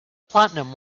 platinum